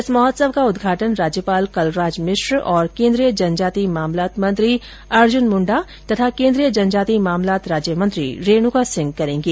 इस महोत्सव का उद्घाटन राज्यपाल कलराज मिश्र और केन्द्रीय जनजाति मामलात मंत्री अर्जन मुंडा और केन्द्रीय जनजाति मामलात राज्य मंत्री रेणुका सिंह करेंगे